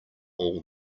all